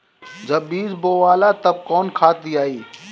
जब बीज बोवाला तब कौन खाद दियाई?